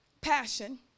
passion